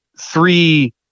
three